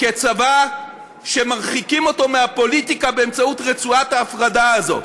כצבא שמרחיקים אותו מהפוליטיקה באמצעות רצועת ההפרדה הזו.